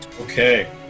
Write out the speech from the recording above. Okay